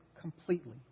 completely